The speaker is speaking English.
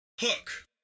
Hook